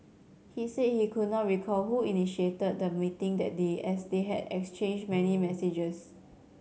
he said he could not recall who initiated the meeting that day as they had exchanged many messages